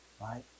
right